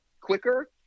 quicker